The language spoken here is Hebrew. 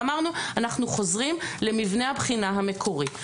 ואמרנו אנחנו חוזרים למבנה הבחינה המקורי.